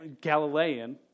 Galilean